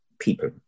people